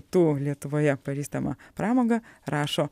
tų lietuvoje pažįstama pramoga rašo